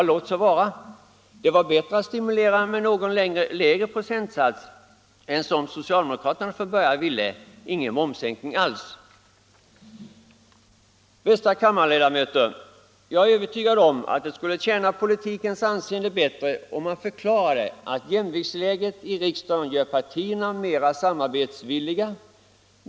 Ja, låt så vara, det var bättre att stimulera med någon lägre procentsats än som socialdemokraterna från början ville, ingen momssänkning alls. Bästa kammarledamöter! Jag är övertygad om att det skulle tjäna politikens anseende bättre om man förklarade att jämviktsläget i riksdagen gör partierna mera samarbetsvilliga.